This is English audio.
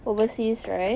overseas right